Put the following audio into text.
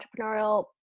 entrepreneurial